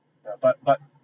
yeah but but